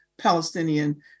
Palestinian